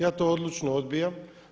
Ja to odlučno odbijam.